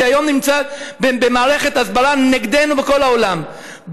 והיום יש מערכת הסברה נגדנו בכל העולם,